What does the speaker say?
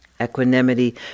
Equanimity